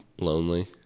lonely